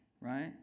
right